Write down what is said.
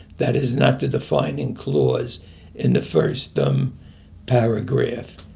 that is not the defining clause in the first um paragraph.